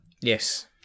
Yes